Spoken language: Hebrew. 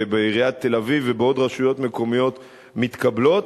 ובעיריית תל-אביב ובעוד רשויות מקומיות הן מתקבלות,